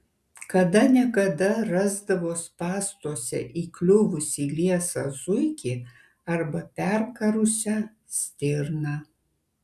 kada ne kada rasdavo spąstuose įkliuvusį liesą zuikį arba perkarusią stirną